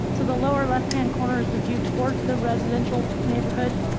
so the lower left hand corner is the view toward the residential neighborhood.